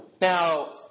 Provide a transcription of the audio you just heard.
Now